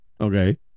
Okay